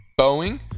Boeing